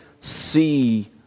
see